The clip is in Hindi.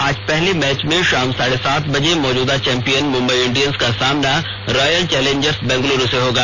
आज पहले मैच में शाम साढे सात बजे मौजूद चैंपियन मुम्बई इंडियन्स का सामना रॉयल चैलेंजर्स बेंगलौर से होगा